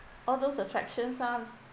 all those attractions ah